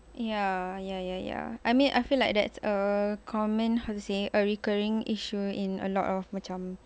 ya ya ya ya I mean I feel like that's a common how to say a recurring issue in a lot of macam